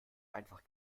einfach